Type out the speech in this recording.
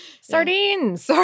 Sardines